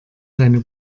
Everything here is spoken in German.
seine